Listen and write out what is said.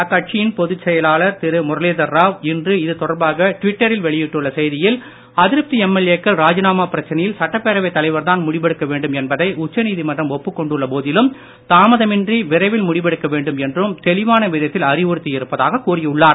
அக்கட்சியின் பொதுச் செயலாளர் திரு முரளிதர்ராவ் இன்று இது தொடர்பாக டுவிட்டரில் வெளியிட்டுள்ள செய்தியில் அதிருப்தி எம்எல்ஏக்கள் ராஜினாமா பிரச்சனையில் சட்டப்பேரவை தலைவர்தான் முடிவெடுக்க வேண்டும் என்பதை உச்ச நீதிமன்றம் ஒப்புக் கொண்டுள்ள போதிலும் தாமதமின்றி விரைவில் முடிவெடுக்க வேண்டும் என்றும் தெளிவான விதத்தில் அறிவுறுத்தி இருப்பதாக கூறியுள்ளார்